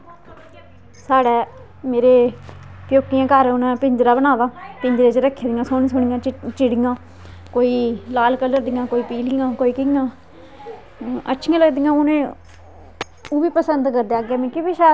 साढ़े मेरे फ्योकियें दे घर उनें पिंजरा बनाए दा पिंजरे च रक्खी दियां सोहनी सोहनी चिडियां कोई लाल कलर दी कोई पीलियां कोई कियां अच्छियां लगदियां उनें ओ हबी पसंद करदे ते मिकी बी शैल लदियां चिडियां